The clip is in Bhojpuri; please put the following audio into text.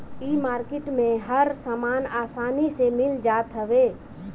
इ मार्किट में हर सामान आसानी से मिल जात हवे